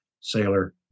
sailor